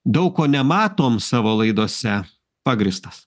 daug ko nematom savo laidose pagrįstas